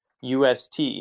UST